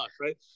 right